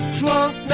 drunk